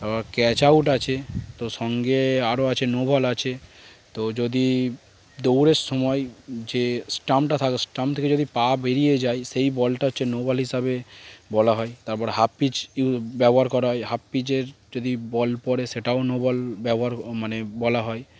তারপর catch out আছে তো সঙ্গে আরও আছে নো বল আছে তো যদি দৌড়ের সময় যে স্টাম্পটা থাকে স্টাম্প থেকে যদি পা বেরিয়ে যায় সেই বলটা হচ্ছে নো বল হিসাবে বলা হয় তারপর হাফ পিচ ইউ ব্যবহার করা হয় হাফ পিচের যদি বল পড়ে সেটাও নো বল ব্যবহার মানে বলা হয়